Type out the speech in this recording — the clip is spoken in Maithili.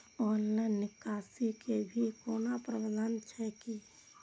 ऑनलाइन निकासी के भी कोनो प्रावधान छै की?